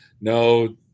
No